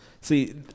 see